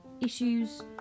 issues